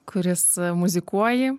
kuris muzikuoji